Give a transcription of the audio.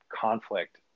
conflict